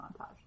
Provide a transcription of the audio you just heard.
montage